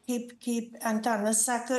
kaip kaip antanas sako